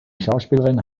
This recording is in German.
schauspielerin